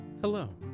Hello